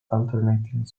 alternating